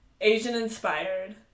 Asian-inspired